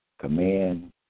command